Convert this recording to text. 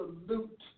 absolute